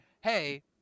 hey